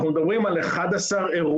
אנחנו מדברים על 11 אירועים.